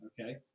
okay